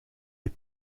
des